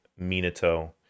Minato